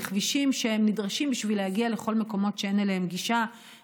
כבישים שנדרשים כדי להגיע לכל המקומות שאין אליהם גישה.